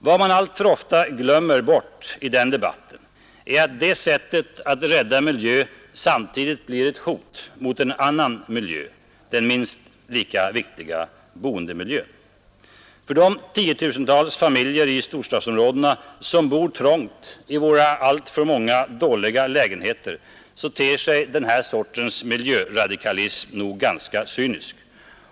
Vad man alltför ofta glömmer bort i den debatten är att det sättet att rädda en miljö samtidigt blir ett hot mot en annan miljö, den minst lika viktiga boendemiljön. För de tiotusentals familjer i storstadsområdena som bor trångt i våra alltför många dåliga lägenheter ter sig den här sortens miljöradikalism nog mycket cynisk.